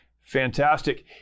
Fantastic